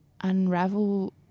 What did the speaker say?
unravel